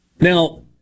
Now